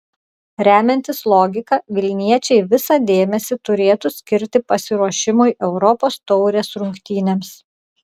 remiantis logika vilniečiai visą dėmesį turėtų skirti pasiruošimui europos taurės rungtynėms